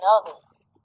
others